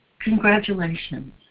congratulations